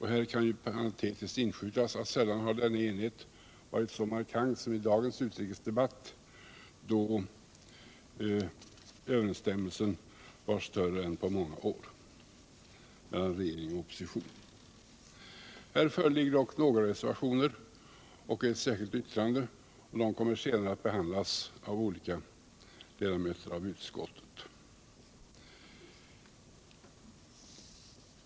Här kan parentetiskt inskjutas att sällan har denna enighet varit så markant som i dagens utrikesdebatt, då överensstämmelsen var större än på många år mellan regering och opposition. Här föreligger dock några reservationer och ett särskilt yttrande, och de — Nr 97 kommer senare att behandlas av olika ledamöter av utskottet.